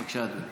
בבקשה, אדוני.